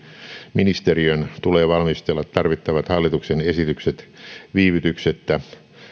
ministeriön tulee valmistella tarvittavat hallituksen esitykset viivytyksettä